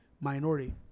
minority